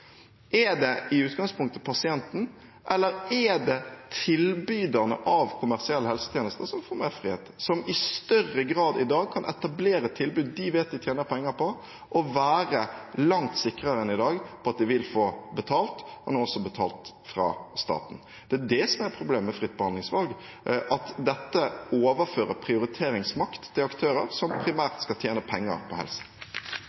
Er det i utgangspunktet pasienten, eller er det tilbyderne av kommersielle helsetjenester som får mer frihet, som i større grad enn i dag kan etablere tilbud de vet de tjener penger på, og være langt sikrere enn i dag på at de vil få betalt, og nå også betalt fra staten? Det er det som er problemet med fritt behandlingsvalg, at dette overfører prioriteringsmakt til aktører som primært skal tjene penger på helse.